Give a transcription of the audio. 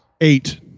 Eight